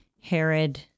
Herod